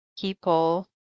people